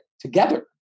together